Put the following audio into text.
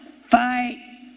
fight